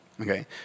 Okay